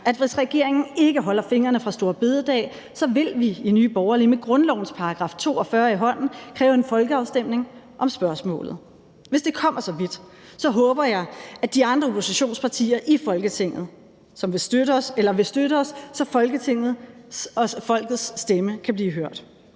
at hvis regeringen ikke holder fingrene fra store bededag, så vil vi i Nye Borgerlige med grundlovens § 42 i hånden kræve en folkeafstemning om spørgsmålet. Hvis det kommer så vidt, håber jeg, de andre oppositionspartier i Folketinget vil støtte os, så Folketingets og folkets stemme kan blive hørt.